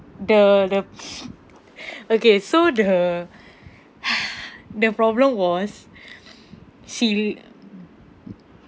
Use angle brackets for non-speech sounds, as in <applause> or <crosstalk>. the the <breath> okay so the <breath> the problem was she